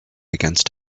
against